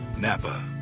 Napa